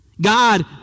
God